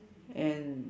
and